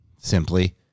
Simply